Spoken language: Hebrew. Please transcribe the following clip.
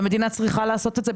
והמדינה צריכה לעשות את זה,